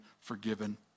forgiven